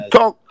Talk